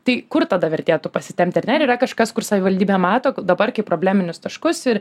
tai kur tada vertėtų pasitempti ar ne ar yra kažkas kur savivaldybė mato dabar probleminius taškus ir